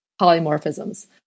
polymorphisms